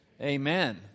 Amen